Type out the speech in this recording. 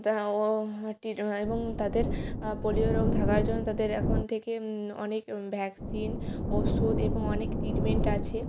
তাও টিট এবং তাদের পোলিও রোগ থাকার জন্য তাদের এখন থেকে অনেক ভ্যাকসিন ওষুধ এবং অনেক ট্রিটমেন্ট আছে